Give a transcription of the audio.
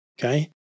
okay